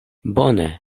bone